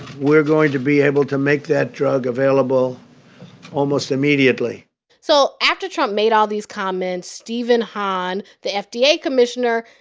we're going to be able to make that drug available almost immediately so after trump made all these comments, stephen hahn, the fda yeah commissioner,